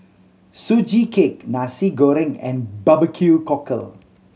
Sugee Cake Nasi Goreng and barbecue cockle